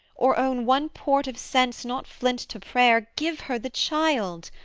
or own one port of sense not flint to prayer, give her the child!